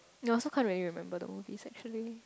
you also can't really remember the movies actually